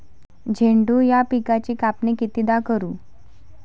झेंडू या पिकाची कापनी कितीदा करू?